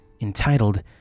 entitled